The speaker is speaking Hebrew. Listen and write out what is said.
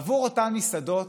עבור אותן מסעדות,